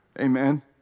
Amen